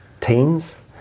teens